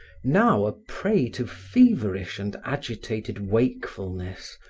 now a prey to feverish and agitated wakefulness,